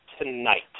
tonight